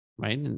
Right